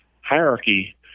hierarchy